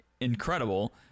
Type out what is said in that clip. incredible